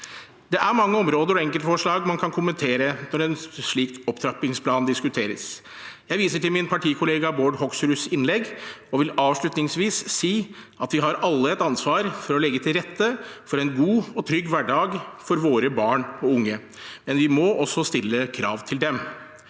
Det er mange områder og enkeltforslag man kan kommentere når en slik opptrappingsplan diskuteres. Jeg viser til min partikollega Bård Hoksruds innlegg og vil avslutningsvis si at vi alle har et ansvar for å legge til rette for en god og trygg hverdag for våre barn og unge, men vi må også stille krav til dem.